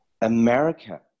America